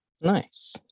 Nice